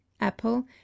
apple